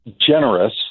generous